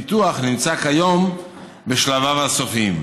הפיתוח נמצא כיום בשלביו הסופיים.